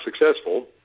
successful